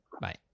Bye